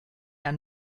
der